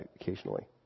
occasionally